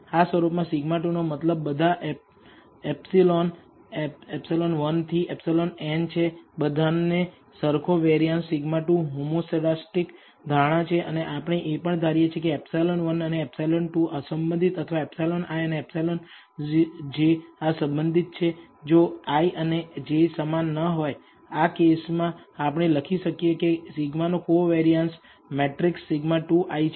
આ સ્વરૂપમાં σ2 નો મતલબ બધા એપ્સીલોન ε1 થી εn છે બધાને સરખો વેરીયાંસ σ2 હોમોસેડાસ્ટીક ધારણા છે અને આપણે એ પણ ધારીએ કે ε1 અને ε2 અસંબંધિત અથવા εi અને εj આ સંબંધિત છે જો i અને j સમાન ના હોય આ કેસમાં આપણે લખી શકીએ કે ε નો કોવેરીયાંસ મેટ્રિકસ σ2i છે